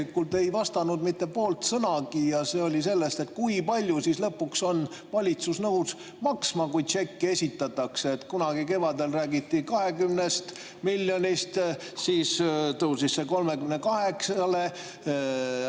ei vastanud mitte poole sõnagagi. [Küsimus] oli sellest, et kui palju siis on valitsus lõpuks nõus maksma, kui tšekk esitatakse. Kunagi kevadel räägiti 20 miljonist, siis tõusis see 38-le.